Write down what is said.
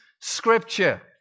Scripture